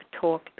Talk